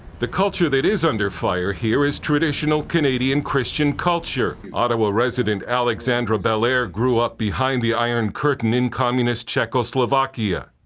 the culture that is under fire here is traditional canadian christian culture. ottawa resident alexandra belaire grew up behind the iron curtain in communist czechoslovakia,